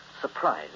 Surprise